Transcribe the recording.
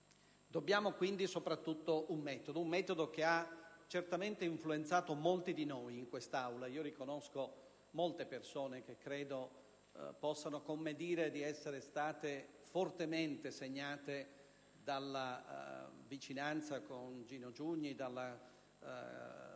parlamentare, un metodo che ha certamente influenzato molti di noi in questa Aula. Riconosco molte persone che credo possano con me dire di essere state fortemente segnate dalla vicinanza con Gino Giugni, dalla